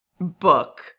book